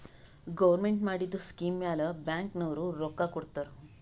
government ಮಾಡಿದು scheme ಮ್ಯಾಲ bank ನವ್ರು ರೊಕ್ಕಾ ಕೊಡ್ತಾರ್